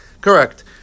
Correct